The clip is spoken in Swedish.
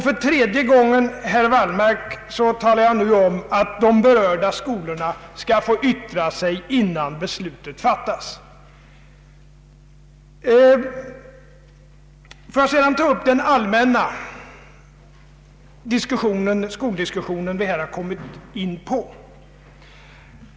För tredje gången, herr Wallmark, talar jag nu om att de berörda skolorna skall få yttra sig innan beslutet fattas. Låt mig sedan ta upp den allmänna skoldiskussion som vi här kommit in på.